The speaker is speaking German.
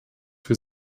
für